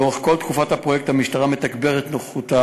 לאורך כל תקופת הפרויקט המשטרה מתגברת את נוכחותה